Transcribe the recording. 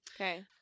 Okay